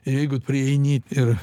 jeigu prieini ir